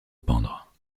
pendre